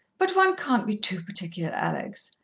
but one can't be too particular, alex,